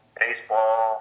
baseball